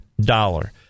dollar